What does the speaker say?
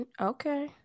Okay